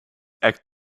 act